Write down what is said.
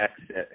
exit